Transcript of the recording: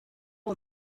her